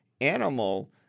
animal